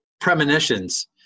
premonitions